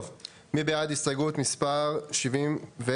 טוב, מי בעד הסתייגות מספר 77?